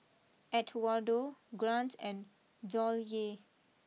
Edwardo Grant and Dollye